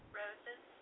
roses